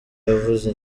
yavuze